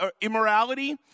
immorality